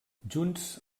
junts